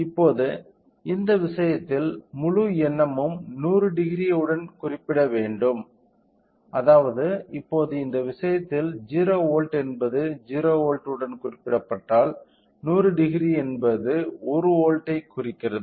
இப்போது இந்த விஷயத்தில் முழு எண்ணமும் 1000 உடன் குறிப்பிடப்பட வேண்டும் அதாவது இப்போது இந்த விஷயத்தில் 0 வோல்ட் என்பது 0 வோல்ட் உடன் குறிப்பிடப்பட்டால் 1000 என்பது 1 வோல்ட்டைக் குறிக்கிறது